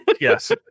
yes